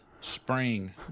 spring